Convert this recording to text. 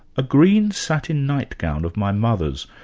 a green satin nightgown of my mother,